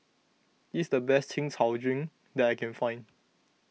this is the best Chin Chow Drink that I can find